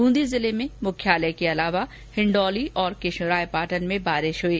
ब्रंदी जिले में मुख्यालय के अलावा हिंडोली और केशोरायपाटन में बारिश हुई